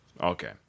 Okay